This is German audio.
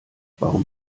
warum